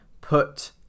put